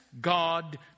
God